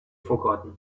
forgotten